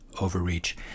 overreach